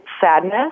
sadness